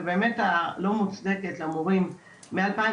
ובאמת הלא מוצדקת למורים מ-2017.